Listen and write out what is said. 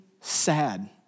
sad